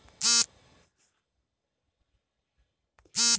ಜಾನುವಾರುಗಳ ಪಾಲನೆ ಮತ್ತು ಸಂರಕ್ಷಣೆಯನ್ನು ಹೇಗೆ ನಿರ್ವಹಿಸಬಹುದು?